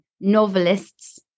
novelists